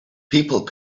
people